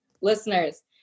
listeners